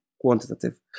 quantitative